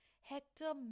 Hector